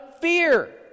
fear